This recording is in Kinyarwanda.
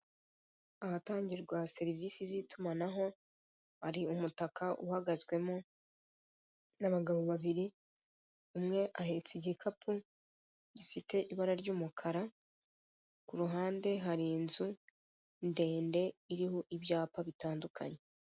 Ahatangirwa serivisi z'itumanaho, hari umutaka uhagazwemo n'abagabo babiri, umwe ahetse igikapu gifite ibara ry'umukara, ku ruhande hari inzu ndende iriho ibyapa bitandukanye.